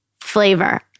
flavor